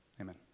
amen